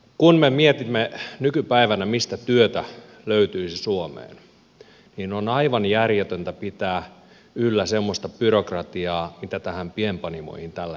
kun me mietimme nykypäivänä mistä työtä löytyisi suomeen niin on aivan järjetöntä pitää yllä semmoista byrokratiaa mitä näihin pienpanimoihin tällä hetkellä liittyy